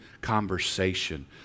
Conversation